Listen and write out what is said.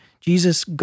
Jesus